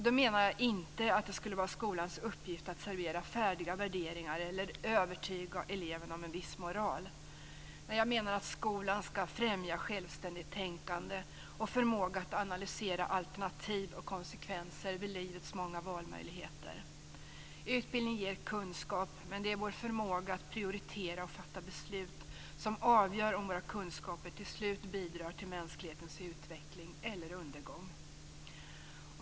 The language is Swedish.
Då menar jag inte att det skulle vara skolans uppgift att servera färdiga värderingar eller övertyga eleven om en viss moral. Jag menar att skolan skall främja självständigt tänkande och förmåga att analysera alternativ och konsekvenser vid livets många valmöjligheter. Utbildning ger kunskap, men det är vår förmåga att prioritera och fatta beslut som avgör om våra kunskaper till slut bidrar till mänsklighetens utveckling eller undergång.